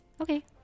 okay